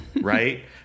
Right